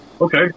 Okay